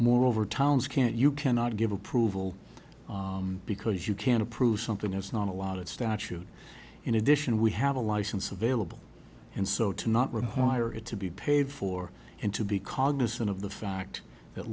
moreover towns can't you cannot give approval because you can't prove something is not a lot of statute in addition we have a license available and so to not require it to be paid for and to be cognizant of the fact that